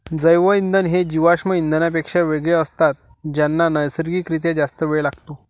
जैवइंधन हे जीवाश्म इंधनांपेक्षा वेगळे असतात ज्यांना नैसर्गिक रित्या जास्त वेळ लागतो